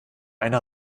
einer